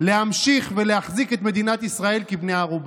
להמשיך ולהחזיק את מדינת ישראל כבני ערובה.